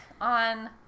on